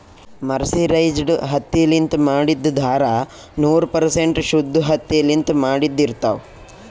mercerized ಹತ್ತಿಲಿಂತ್ ಮಾಡಿದ್ದ್ ಧಾರಾ ನೂರ್ ಪರ್ಸೆಂಟ್ ಶುದ್ದ್ ಹತ್ತಿಲಿಂತ್ ಮಾಡಿದ್ದ್ ಇರ್ತಾವ್